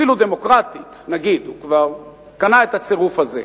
אפילו דמוקרטית, נגיד, הוא כבר קנה את הצירוף הזה.